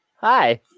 hi